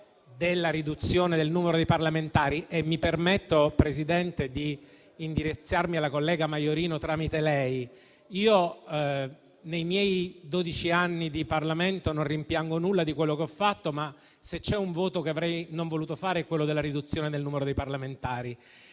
la riduzione del numero dei parlamentari. E mi permetto, signor Presidente, di indirizzarmi alla collega Maiorino tramite lei: nei miei dodici anni di Parlamento non rimpiango nulla di quello che ho fatto, ma, se c'è un voto che non avrei voluto dare, è quello per la riduzione del numero dei parlamentari.